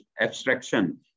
abstraction